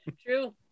true